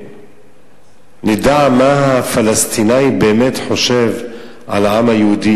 ונדע מה הפלסטיני באמת חושב על העם היהודי,